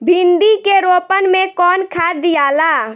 भिंदी के रोपन मे कौन खाद दियाला?